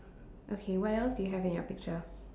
okay what else do you have in your picture